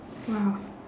!wow!